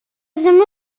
ddim